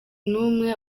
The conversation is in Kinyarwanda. numwe